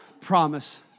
promise